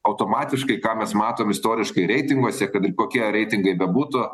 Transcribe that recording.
automatiškai ką mes matom istoriškai reitinguose kad ir kokie reitingai bebūtų